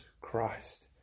Christ